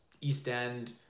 east-end